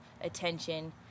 attention